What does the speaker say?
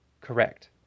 Correct